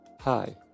Hi